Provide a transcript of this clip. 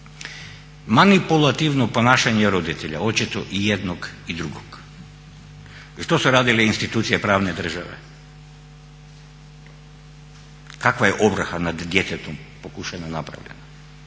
Manipulativno ponašanje roditelja, očito i jednog i drugog. Što su radile institucije pravne države? Kakva je ovrha nad djetetom pokušana napraviti?